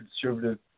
conservative